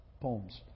poems